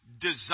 desire